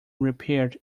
repaired